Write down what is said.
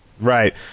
Right